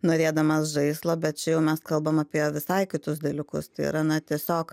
norėdamas žaislo bet čia jau mes kalbam apie visai kitus dalykus tai yra na tiesiog